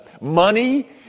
money